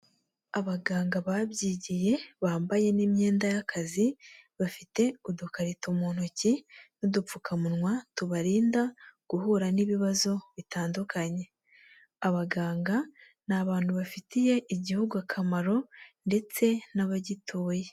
Abaganga babyigiye, bambaye n'imyenda y'akazi, bafite udukarito mu ntoki n'udupfukamunwa tubarinda guhura n'ibibazo bitandukanye. Abaganga ni abantu bafitiye igihugu akamaro ndetse n'abagituye.